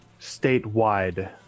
statewide